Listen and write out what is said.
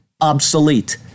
obsolete